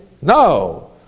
No